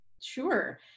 Sure